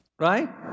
right